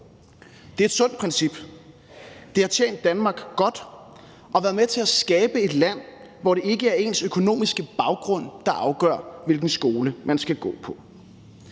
Det er et sundt princip. Det har tjent Danmark godt og har været med til at skabe et land, hvor det ikke er ens økonomiske baggrund, der afgør, hvilken skole man skal gå på.